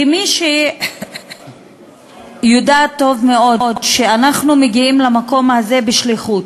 כמי שיודעת טוב מאוד שאנחנו מגיעים למקום הזה בשליחות,